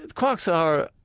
quarks are,